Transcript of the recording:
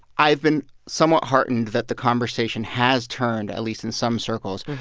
i've been somewhat heartened that the conversation has turned, at least in some circles,